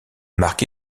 marque